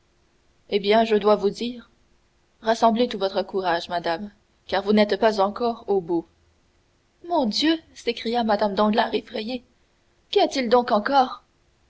eh bien je dois vous dire rassemblez tout votre courage madame car vous n'êtes pas encore au bout mon dieu s'écria mme danglars effrayée qu'y a-t-il donc encore